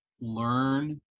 learn